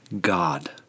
God